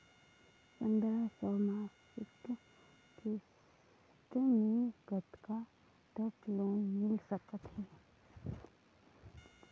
पंद्रह सौ मासिक किस्त मे कतका तक लोन मिल सकत हे?